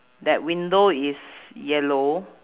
that window is yellow